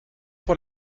pour